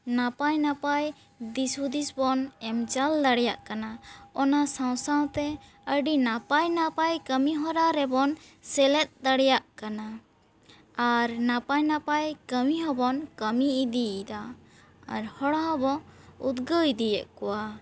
ᱱᱟᱯᱟᱭ ᱱᱟᱯᱟᱭ ᱫᱤᱥ ᱦᱩᱫᱤᱥ ᱵᱚᱱ ᱮᱢ ᱪᱟᱞ ᱫᱟᱲᱮᱭᱟᱜ ᱠᱟᱱᱟ ᱚᱱᱟ ᱥᱟᱶ ᱥᱟᱶ ᱛᱮ ᱟᱹᱰᱤ ᱱᱟᱯᱟᱭ ᱱᱟᱯᱟᱭ ᱠᱟᱹᱢᱤ ᱦᱚᱨᱟ ᱨᱮᱵᱚᱱ ᱥᱮᱞᱮᱫ ᱫᱟᱲᱮᱭᱟᱜ ᱠᱟᱱᱟ ᱟᱨ ᱱᱟᱯᱟᱭ ᱱᱟᱯᱟᱭ ᱠᱟᱹᱢᱤ ᱦᱚᱸ ᱵᱚᱱ ᱠᱟᱹᱢᱤ ᱤᱫᱤᱭᱮᱫᱟ ᱟᱨ ᱦᱚᱲ ᱦᱚᱸ ᱵᱚᱱ ᱩᱫᱽᱜᱟᱹᱣ ᱤᱫᱤᱭᱮᱫ ᱠᱚᱣᱟ